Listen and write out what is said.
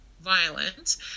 violence